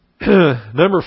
Number